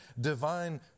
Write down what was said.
divine